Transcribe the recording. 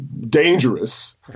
dangerous